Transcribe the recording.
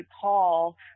Paul